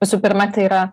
visų pirma tai yra